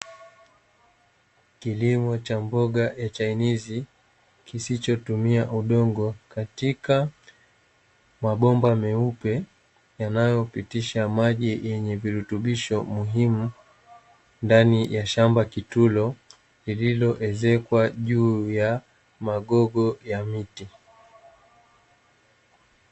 Kilimo cha mboga ya chainizi kisichotumia udongo katika mabomba meupe yanayopitisha maji yenye virutubisho muhimu, ndani ya shamba kitulo lililoezekwa juu ya magogo ya miti.